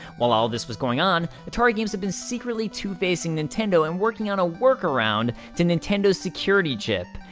while all of this was going on, atari games had been secretly two-facing nintendo and working on a work-around to nintendo's security chip.